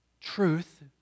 truth